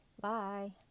bye